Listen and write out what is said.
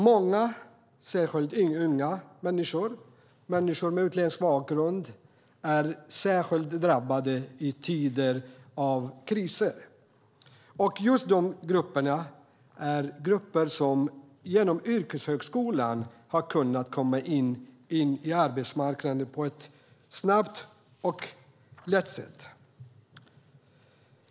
Många, särskilt unga människor och människor med utländsk bakgrund, är särskilt drabbade i tider av kriser. Just de grupperna är grupper som genom yrkeshögskolan har kunnat komma in på arbetsmarknaden på ett snabbt och lätt sätt.